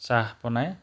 চাহ বনায়